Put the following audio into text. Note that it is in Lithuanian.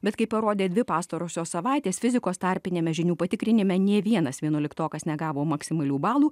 bet kaip parodė dvi pastarosios savaitės fizikos tarpiniame žinių patikrinime nė vienas vienuoliktokas negavo maksimalių balų